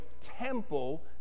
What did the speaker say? temple